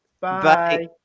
Bye